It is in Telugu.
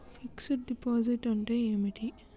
ఫిక్స్ డ్ డిపాజిట్ అంటే ఏమిటి?